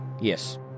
Yes